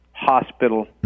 hospital